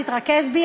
תתרכז בי,